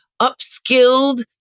upskilled